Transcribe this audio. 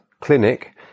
clinic